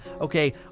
Okay